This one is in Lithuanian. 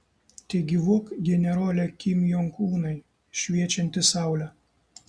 tegyvuok generole kim jong unai šviečianti saule